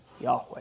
Yahweh